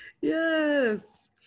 Yes